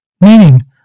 meaning